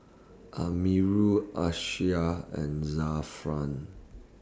Amirul Amsyar and Zafran